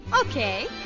Okay